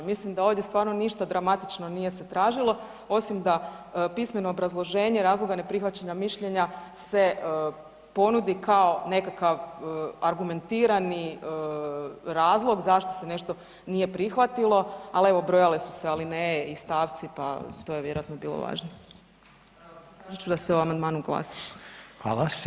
Mislim da ovdje stvarno ništa dramatično nije se tražilo, osim da pismeno obrazloženje razloga neprihvaćanja mišljenja se ponudi kao nekakav argumentirani razlog zašto se nešto nije prihvatilo, ali evo brojale su se alineje i stavci, pa to je vjerojatno bilo važno da se o amandmanu glasa.